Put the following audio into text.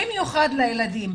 במיוחד לילדים.